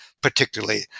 particularly